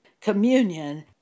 Communion